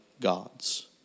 gods